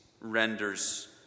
renders